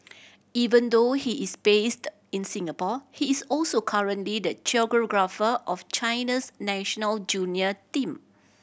even though he is based in Singapore he is also currently the choreographer of China's national junior team